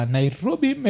Nairobi